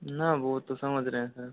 ना वो तो समझ रहे हैं सर